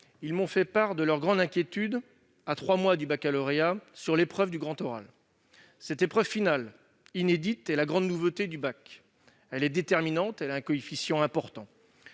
Ils m'ont fait part de leur grande inquiétude, à trois mois du baccalauréat, au sujet de l'épreuve du grand oral. Cette épreuve finale, inédite, est la grande nouveauté du baccalauréat. Elle est déterminante, dotée d'un coefficient important.